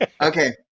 Okay